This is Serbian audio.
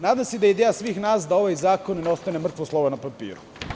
Nadam se da je ideja svih nas da ovaj zakon ne ostane mrtvo slovo na papiru.